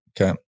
Okay